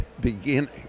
beginning